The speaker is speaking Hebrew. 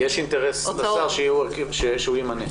כי יש אינטרס לשר שהוא ימנה.